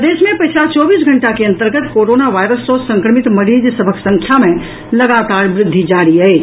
प्रदेश मे पछिला चौबीस घंटा के अंतर्गत कोरोना वायरस सँ संक्रमित मरीज सभक संख्या मे लगातार वृद्धि जारी अछि